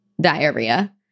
diarrhea